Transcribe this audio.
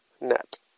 net